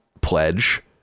pledge